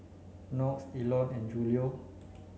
Knox Elon and Julio